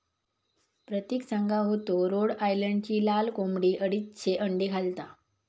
प्रतिक सांगा होतो रोड आयलंडची लाल कोंबडी अडीचशे अंडी घालता